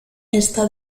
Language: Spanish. está